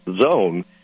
zone